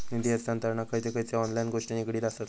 निधी हस्तांतरणाक खयचे खयचे ऑनलाइन गोष्टी निगडीत आसत?